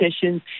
sessions